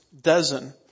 dozen